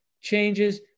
changes